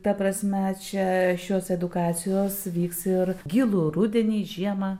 ta prasme čia šios edukacijos vyks ir gilų rudenį žiemą